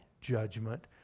judgment